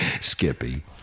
Skippy